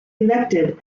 elected